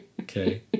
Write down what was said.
Okay